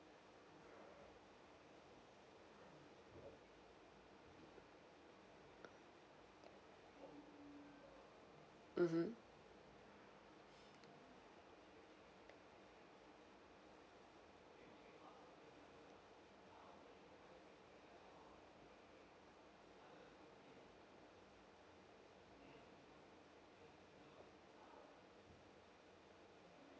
mmhmm